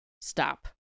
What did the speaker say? stop